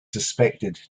suspected